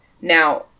Now